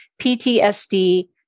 PTSD